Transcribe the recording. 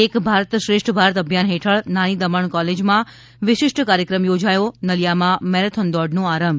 એક ભારત શ્રેષ્ઠ ભારત અભિયાન હેઠળ નાની દમણ કોલેજમાં વિશિષ્ઠ ત કાર્યક્રમ યોજાયો નલિયામાં મેરેથોન દોડનો આરંભ